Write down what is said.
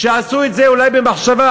שיעשו אותו אולי במחשבה,